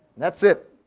that's it.